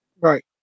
Right